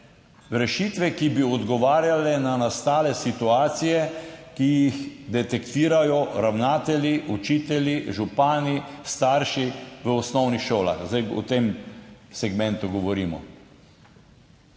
Rešitve, ki bi odgovarjale na nastale situacije, ki jih detektirajo ravnatelji, učitelji, župani, starši v osnovnih šolah, o tem segmentu govorimo.